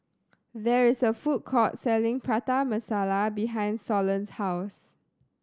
there is a food court selling Prata Masala behind Solon's house